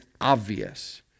obvious